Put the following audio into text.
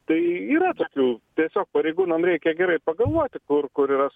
tai yra tokių tiesog pareigūnam reikia gerai pagalvoti kur kur yra